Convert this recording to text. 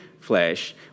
flesh